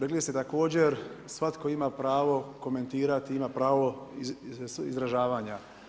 Rekli ste također svatko ima pravo komentirati, ima pravo izražavanja.